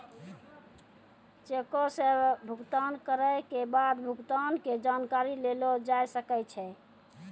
चेको से भुगतान करै के बाद भुगतान के जानकारी लेलो जाय सकै छै